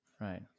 Right